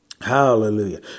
Hallelujah